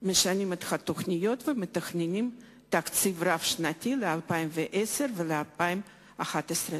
משנים את התוכניות ומתכננים תקציב רב-שנתי ל-2010 ול-2011.